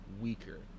weaker